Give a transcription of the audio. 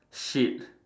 shit